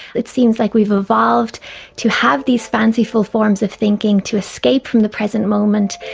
it seems like we've evolved to have these fanciful forms of thinking to escape from the present moment,